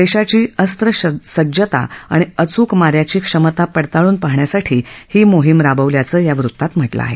देशाची अस्त्र सज्जता आणि अचूक मा याची क्षमता पडताळून पाहण्यासाठी ही मोहीम राबवल्याचं या वृत्तात म्हटलं आहे